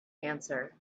answer